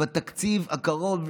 שבתקציב הקרוב,